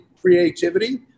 creativity